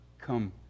come